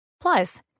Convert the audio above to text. Plus